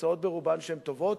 ברובן טובות,